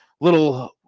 little